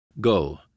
Go